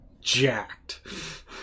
jacked